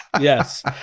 yes